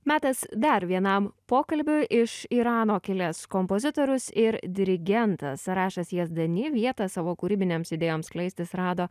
metas dar vienam pokalbiui iš irano kilęs kompozitorius ir dirigentas arašas jazdani vietą savo kūrybinėms idėjoms skleistis rado